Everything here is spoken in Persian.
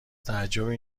تعجبی